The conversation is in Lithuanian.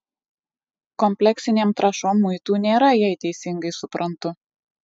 kompleksinėm trąšom muitų nėra jei teisingai suprantu